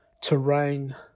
terrain